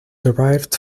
derived